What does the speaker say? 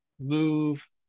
move